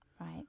Right